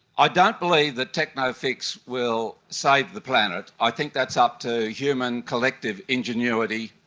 ah don't believe that techno-fix will save the planet, i think that's up to human collective ingenuity,